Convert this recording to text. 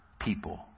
people